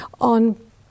on